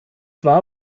war